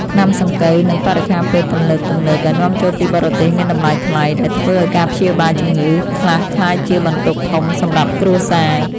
ថ្នាំសង្កូវនិងបរិក្ខារពេទ្យទំនើបៗដែលនាំចូលពីបរទេសមានតម្លៃថ្លៃដែលធ្វើឱ្យការព្យាបាលជំងឺខ្លះក្លាយជាបន្ទុកធំសម្រាប់គ្រួសារ។